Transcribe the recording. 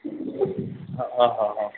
हा हा हा